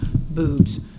boobs